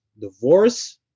divorce